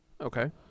Okay